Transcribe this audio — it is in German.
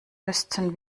müssten